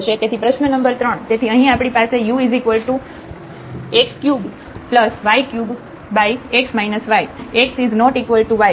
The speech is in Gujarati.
તેથી પ્રશ્ન નંબર 3 તેથી અહીં આપણી પાસે ux3y3x y x≠y